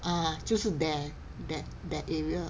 啊就是 there that that area